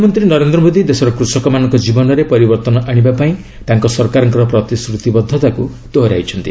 ପ୍ରଧାନମନ୍ତ୍ରୀ ନରେନ୍ଦ୍ର ମୋଦୀ ଦେଶର କୃଷକମାନଙ୍କ ଜୀବନରେ ପରିବର୍ତ୍ତନ ଆଶିବା ପାଇଁ ତାଙ୍କ ସରକାରଙ୍କ ପ୍ରତିଶ୍ରତିବଦ୍ଧତାକୁ ଦୋହରାଇଛନ୍ତି